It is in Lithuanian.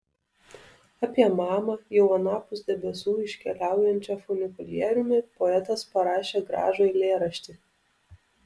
apie mamą jau anapus debesų iškeliaujančią funikulieriumi poetas parašė gražų eilėraštį